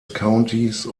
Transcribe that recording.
countys